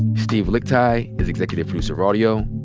steve lickteig is executive producer of audio.